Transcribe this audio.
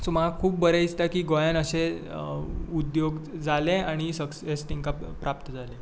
so म्हाका खूब बरें दिसता की गोंयांत अशें उद्योग जाले आनी सक्सेस तेंकां प्राप्त जालें